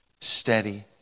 steady